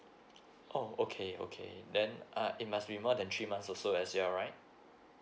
oh okay okay then uh it must be more than three months also as well right